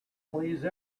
please